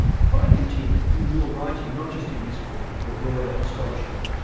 finally tim, in your writing, not just in this book but your broader scholarship,